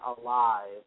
alive